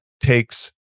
takes